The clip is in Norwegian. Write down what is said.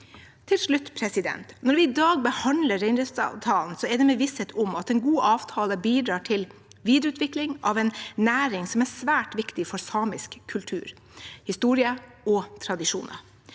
Til slutt: Når vi i dag behandler reindriftsavtalen, er det med visshet om at en god avtale bidrar til videreutvikling av en næring som er svært viktig for samisk kultur, historie og tradisjoner.